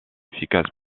efficace